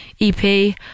EP